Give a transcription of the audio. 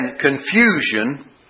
confusion